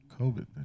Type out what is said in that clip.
COVID